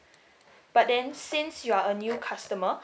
but then since you are a new customer